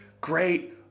great